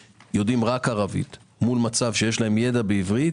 יודעים רק ערבית מול מצב שיש להם ידע בעברית